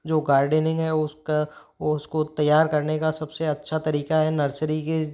जो गार्डनिंग है उसका वो उसको तैयार करने का सबसे अच्छा तरीका है नर्सरी के